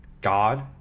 God